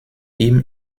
ihm